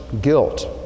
guilt